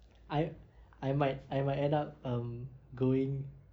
I I might I might end up um going